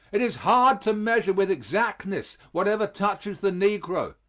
it is hard to measure with exactness whatever touches the negro.